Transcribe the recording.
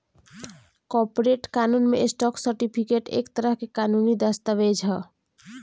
corporate कानून में, stock certificate एक तरह के कानूनी दस्तावेज ह